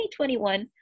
2021